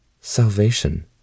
Salvation